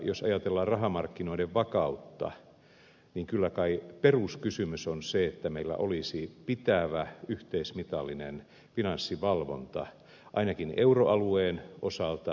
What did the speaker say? jos ajatellaan rahamarkkinoiden vakautta niin kyllä kai peruskysymys on se että meillä olisi pitävä yhteismitallinen finanssivalvonta ainakin euroalueen osalta